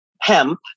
hemp